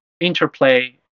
interplay